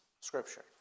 scripture